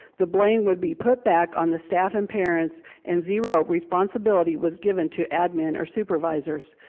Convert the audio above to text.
the blame would be put back on the staff and parents and zero responsibility was given to admin or supervisors.